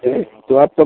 नहीं क्या है सर